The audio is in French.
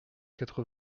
quatre